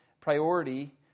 priority